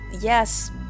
yes